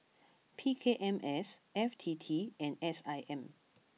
P K M S F T T and S I M